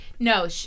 No